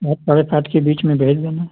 आप साढ़े सात के बीच में भेज देना